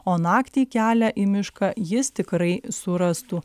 o naktį kelią į mišką jis tikrai surastų